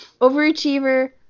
overachiever